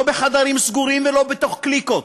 לא בחדרים סגורים ולא בתוך קליקות.